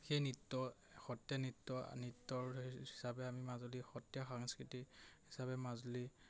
সেই নৃত্য সত্ৰীয়া নৃত্য নৃত্যৰ হিচাপে আমি মাজুলী সত্ৰীয়া সাংস্কৃতি হিচাপে মাজুলী